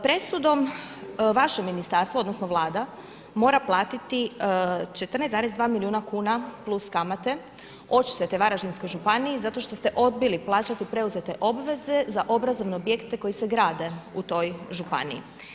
Presudom vaše ministarstvo, odnosno, vlada, mora platiti 14,2 milijuna kuna plus kamate, odštete Varaždinskoj županiji, zato što ste odbili plaćati preuzete obveze za obrazovne objekte koji se grade u toj županiji.